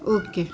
okay